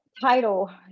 title